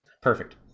Perfect